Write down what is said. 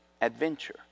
adventure